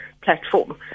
platform